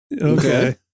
Okay